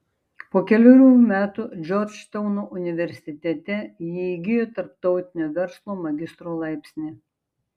po kelerių metų džordžtauno universitete ji įgijo tarptautinio verslo magistro laipsnį